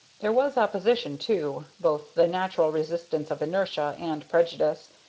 there was opposition too both the natural resistance of inertia and prejudice,